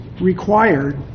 required